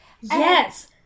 yes